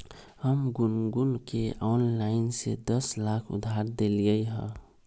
हम गुनगुण के ऑनलाइन से दस लाख उधार देलिअई ह